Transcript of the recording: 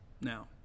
now